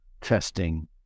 testing